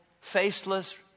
faceless